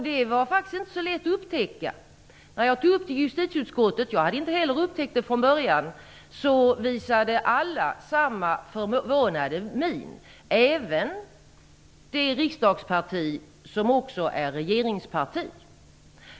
Det var faktiskt inte så lätt att upptäcka det. När jag tog upp det i justitieutskottet - jag hade inte heller upptäckt det från början - visade alla samma förvånade min, även representanter för det riksdagsparti som också är regeringspartiet.